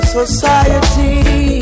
society